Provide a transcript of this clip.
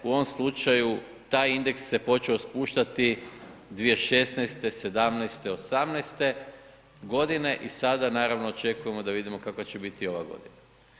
U ovom slučaju taj indeks se počeo spuštati 2016., '17., '18. godine i sada naravno očekujemo da vidimo kakva će biti ova godina.